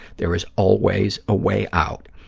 there is always a way out.